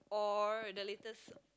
or the latest